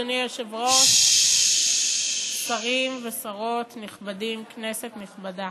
אדוני היושב-ראש, שרים ושרות נכבדים, כנסת נכבדה,